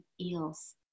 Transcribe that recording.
eels